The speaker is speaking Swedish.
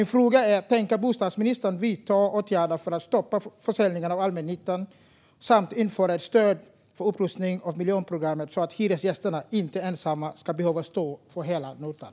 Min fråga är: Tänker bostadsministern vidta åtgärder för att stoppa försäljningen av allmännyttan samt införa ett stöd för upprustning av miljonprogrammet, så att hyresgästerna inte ensamma ska behöva stå för hela notan?